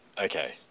Okay